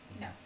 No